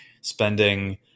spending